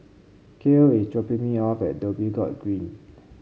Kael is dropping me off at Dhoby Ghaut Green